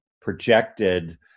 projected